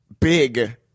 big